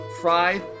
fried